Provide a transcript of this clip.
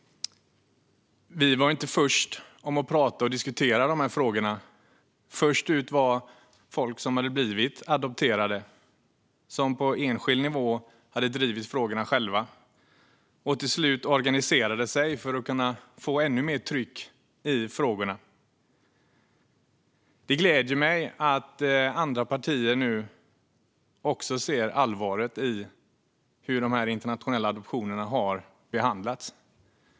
Vi var inte först med att prata om och diskutera dessa frågor. Först ut var folk som blivit adopterade, som på enskild nivå hade drivit frågorna och till slut organiserade sig för att kunna sätta ännu mer tryck. Det gläder mig att även andra partier nu ser allvaret i hur dessa internationella adoptioner har behandlats.